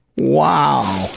wow.